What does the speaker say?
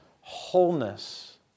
wholeness